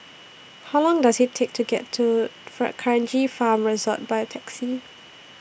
How Long Does IT Take to get to D'Kranji Farm Resort By Taxi